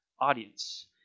audience